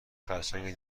خرچنگ